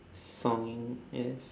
songing yes